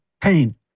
pain